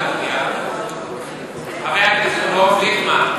חבר הכנסת דב ליפמן,